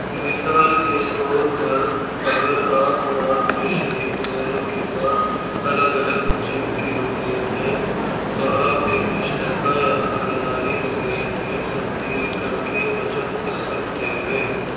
مثال کے طور پر اگر آپ اور آپ کے شریک دونوں کے پاس الگ الگ جم کی رکنیت ہے تو آپ ایک مشترکہ یا خاندانی رکنیت میں تبدیل کر کے بچت کر سکتے ہیں